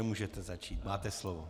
Můžete začít, máte slovo.